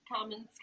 comments